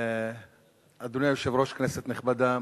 אדוני היושב-ראש, כנסת נכבדה,